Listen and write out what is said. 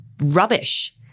rubbish